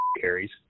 carries